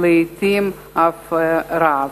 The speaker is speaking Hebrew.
ולעתים אף רעב.